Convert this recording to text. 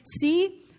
see